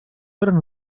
fueron